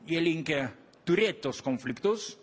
jie linkę turėt tuos konfliktus